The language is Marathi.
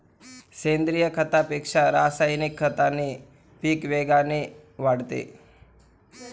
सेंद्रीय खतापेक्षा रासायनिक खताने पीक वेगाने वाढते